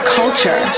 culture